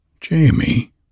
Jamie